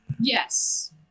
Yes